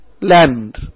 land